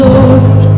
Lord